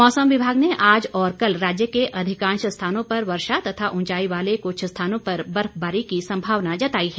मौसम विभाग ने आज और कल राज्य के अधिकांश स्थानों पर वर्षा तथा ऊंचाई वाले कुछ स्थानों पर बर्फबारी की संभावना जताई है